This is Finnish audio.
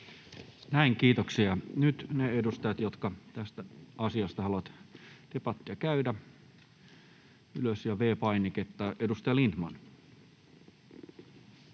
Näin, kiitoksia. — Nyt ne edustajat, jotka tästä asiasta haluavat debattia käydä: ylös ja V-painiketta. — Edustaja Lindtman.